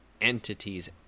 entities